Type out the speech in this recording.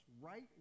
right